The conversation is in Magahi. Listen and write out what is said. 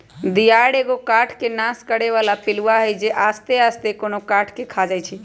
दियार एगो काठ के नाश करे बला पिलुआ हई जे आस्ते आस्ते कोनो काठ के ख़ा जाइ छइ